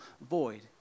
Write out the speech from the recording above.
void